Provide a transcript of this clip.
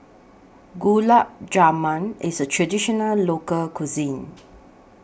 Gulab Jamun IS A Traditional Local Cuisine